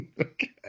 Okay